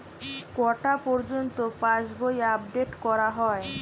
কটা পযর্ন্ত পাশবই আপ ডেট করা হয়?